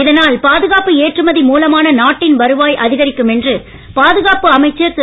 இதனால் பாதுகாப்பு ஏற்றுமதி மூலமான நாட்டின் வருவாய் அதிகரிக்கும் என்று பாதுகாப்பு அமைச்சர் திரு